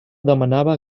demanava